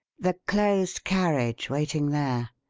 the closed carriage waiting there.